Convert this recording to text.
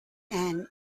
and